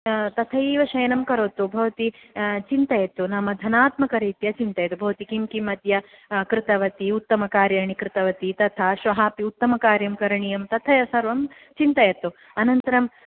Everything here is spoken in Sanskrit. तथैव शयनं करोतु भवती चिन्तयतु नाम धनात्मकरीत्या चिन्तयतु भवती किं किम् अद्य कृतवती उत्तमकार्याणि कृतवती तथा श्वः अपि उत्तमकारं करणीयं तथैव सर्वं चिन्तयतु अनन्तरम्